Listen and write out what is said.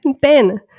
Ben